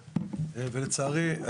ולצערי,